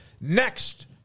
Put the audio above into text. Next